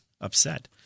upset